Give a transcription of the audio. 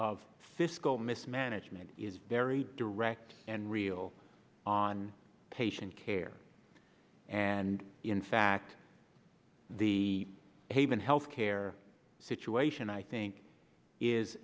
of fiscal mismanagement is very direct and real on patient care and in fact the haven health care situation i think is